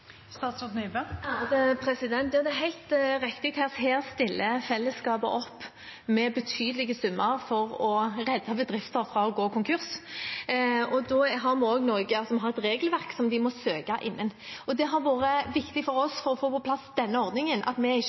det er helt riktig at her stiller fellesskapet opp med betydelige summer for å redde bedrifter fra å gå konkurs, og da har vi også et regelverk som de må søke innenfor. Det har vært viktig for oss for å få plass denne ordningen at vi ikke